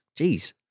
Jeez